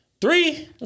Three